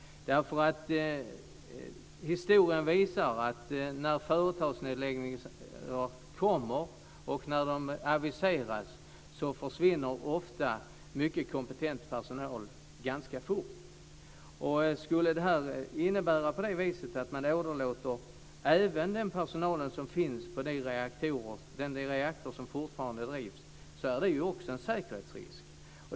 Historien visar att när företagsnedläggningar kommer och när de aviseras försvinner ofta mycket kompetent personal ganska fort. Skulle det här innebära att man åderlåter även den personal som finns på den reaktor som fortfarande bedrivs är det också en säkerhetsrisk.